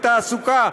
בתעסוקה,